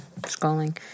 scrolling